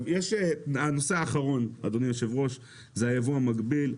הנושא האחרון, אדוני היו"ר, זה היבוא המקביל.